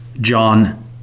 John